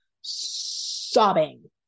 sobbing